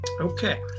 Okay